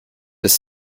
just